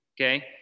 okay